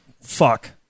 Fuck